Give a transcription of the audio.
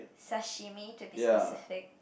sashimi to be specific